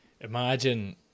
imagine